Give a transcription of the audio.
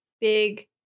big